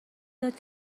داد